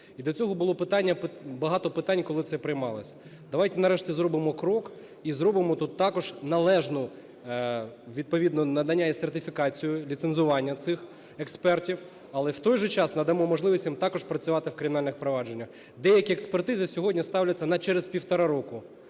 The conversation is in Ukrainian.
І до цього було багато питань, коли це приймалось. Давайте, нарешті, зробимо крок і зробимо тут також належні відповідно надання і сертифікацію, ліцензування цих експертів. Але в той же час надамо можливість їм також працювати в кримінальних провадженнях. Деякі експертизи сьогодні ставляться на через півтора року